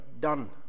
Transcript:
done